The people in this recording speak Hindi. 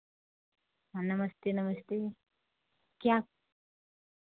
हाँ नमस्ते नमस्ते क्या